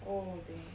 oh